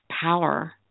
power